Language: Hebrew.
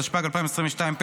התשפ"ג 2022,